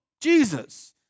Jesus